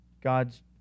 God's